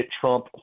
Trump